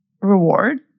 reward